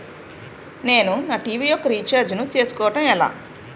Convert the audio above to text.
నేను నా టీ.వీ యెక్క రీఛార్జ్ ను చేసుకోవడం ఎలా?